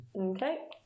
Okay